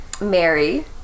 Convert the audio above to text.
Mary